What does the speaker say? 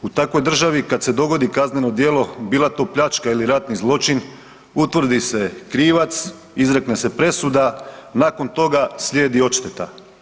U takvoj državi kad se dogodi kazneno djelo, bila to pljačka ili ratni zločin utvrdi se krivac, izrekne se presuda, nakon toga slijedi odšteta.